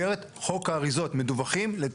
כשמשלוח מגיע מהסופר,